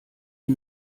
die